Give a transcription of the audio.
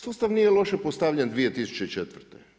Sustav nije loše postavljen 2004.